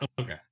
Okay